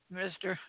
mister